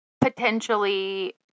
potentially